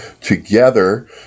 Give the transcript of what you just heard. together